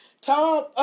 Tom